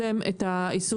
המטרה הייתה לאזן